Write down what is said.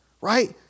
right